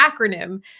acronym